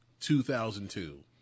2002